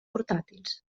portàtils